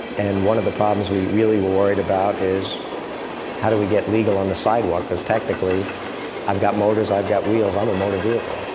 and one of the problems we really were worried about is how do we get legal on the sidewalk? because technically i've got motors i've got wheels i'm a motor vehicle.